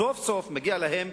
סוף-סוף מגיעים להם